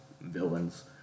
villains